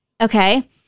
okay